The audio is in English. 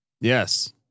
Yes